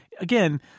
again—